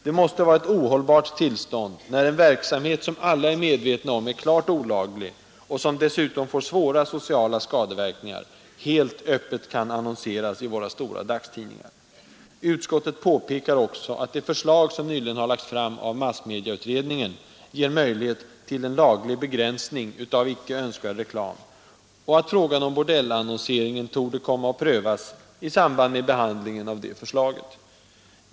Det måste vara ett ohållbart tillstånd, när en verksamhet, som alla är medvetna om är klart olaglig och som dessutom får svåra sociala skadeverkningar, helt öppet kan annonseras i våra stora dagstidningar. Utskottet påpekar också att det förslag som nyligen lagts fram av massmedieutredningen ger möjlighet till laglig begränsning av icke önskvärd reklam och att frågan om bordellannonseringen torde komma att prövas i samband med behandlingen av det förslaget.